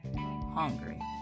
hungry